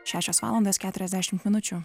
šešios valandos keturiasdešimt minučių